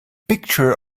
picture